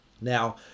Now